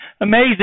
Amazing